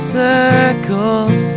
circles